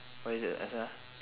what is it asal ah